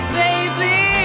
baby